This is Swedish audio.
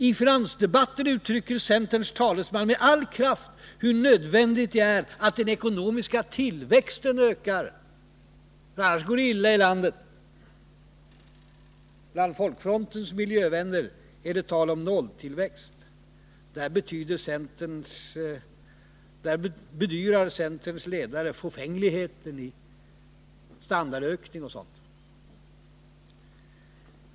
I finansdebatten uttrycker centerns talesman med all kraft hur nödvändigt det är att den ekonomiska tillväxten ökar, för annars går det illa i landet. Men bland Folkfrontens miljövänner talar man om nolltillväxt. Där bedyrar centerns ledare fåfängligheten i standardökning.